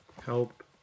Help